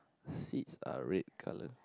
seats are red colour